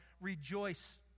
Rejoice